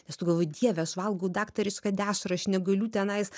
nes tu galvoji dieve aš valgau daktarišką dešrą aš negaliu tenais